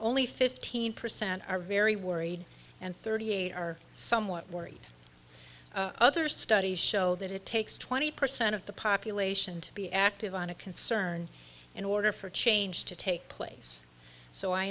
only fifteen percent are very worried and thirty eight are somewhat worried other studies show that it takes twenty percent of the population to be active on a concern in order for change to take place so i